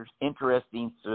interesting